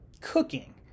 cooking